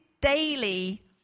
daily